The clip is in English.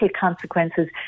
consequences